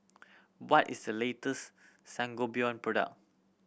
what is the latest Sangobion product